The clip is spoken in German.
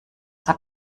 der